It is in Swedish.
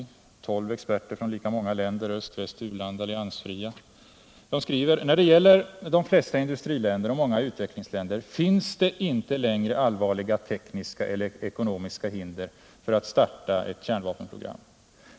Bakom rapporten står tolv experter från lika många länder — öst, väst, u-land och alliansfria: ” När det gäller de flesta industriländer och många utvecklingsländer, finns det inte längre allvarliga tekniska eller ekonomiska hinder för att starta ett kärnvapenprogram.